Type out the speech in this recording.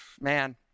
man